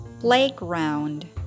Playground